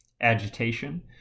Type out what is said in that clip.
agitation